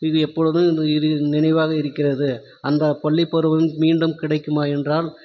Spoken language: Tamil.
இது எப்பொழுதும் இது நினைவாக இருக்கிறது அந்த பள்ளி பருவம் மீண்டும் கிடைக்குமா என்றால்